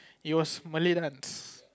it was Malay dance